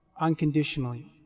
unconditionally